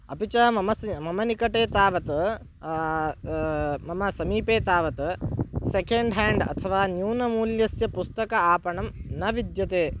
अपि च मम स मम निकटे तावत् मम समीपे तावत् सेकेण्ड् ह्याण्ड् अथवा न्यूनमूल्यस्य पुस्तक आपणं न विद्यते